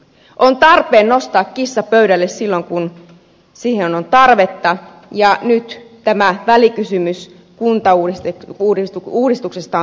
on tarpeen nostaa kissa pöydälle silloin kun siihen on tarvetta ja nyt tämä välikysymys kuntauudistuksesta on tarpeen